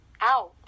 out